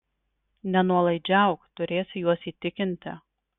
nenuolaidžiauk turėsi juos įtikinti